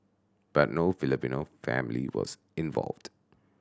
but no Filipino family was involved